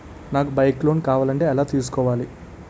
నాకు bike loan కావాలంటే ఎలా తీసుకోవాలి?